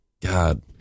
God